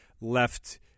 left